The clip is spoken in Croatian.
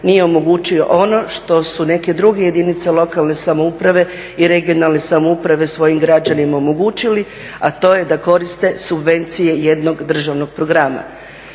nije omogućio ono što su neke druge jedinice lokalne samouprave i regionalne samouprave svojim građanima omogućili, a to je da koriste subvencije jednog državnog programa.